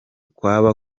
kwaba